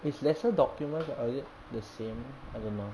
it's lesser documents [what] or is it the same I don't know